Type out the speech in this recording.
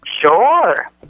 Sure